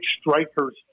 strikers